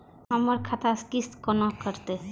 हमर खाता से किस्त कोना कटतै?